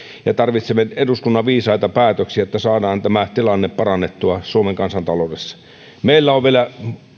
ja tarvitsemme eduskunnan viisaita päätöksiä että saadaan tämä tilanne parannettua suomen kansantaloudessa meillä on vielä